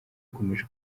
ukomeje